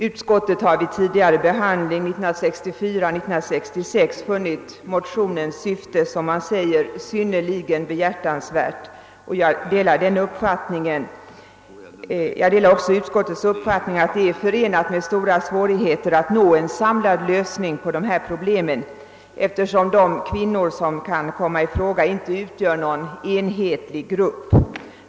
Utskottet har vid behandling av liknande motioner 1964 och 1966 funnit att detta syfte är, som man säger, synnerligen behjärtansvärt och jag delar den uppfattningen. Jag delar också utskottets uppfattning att det är förenat med stora svårigheter att nå en samlad lösning på de här problemen, eftersom de kvinnor som kan komma i fråga inte utgör någon enhetlig grupp.